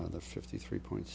on the fifty three point